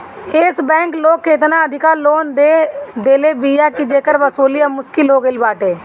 एश Bank लोग के एतना अधिका लोन दे देले बिया जेकर वसूली अब मुश्किल हो गईल बाटे